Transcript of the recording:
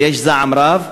ויש זעם רב,